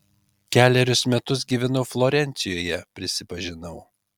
kelerius metus gyvenau florencijoje prisipažinau